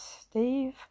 steve